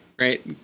right